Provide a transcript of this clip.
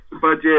budget